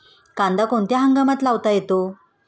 कांदा कोणत्या हंगामात लावता येतो?